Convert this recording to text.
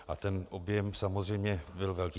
A ten objem samozřejmě byl velký.